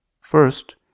First